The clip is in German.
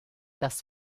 das